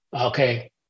okay